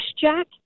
Jack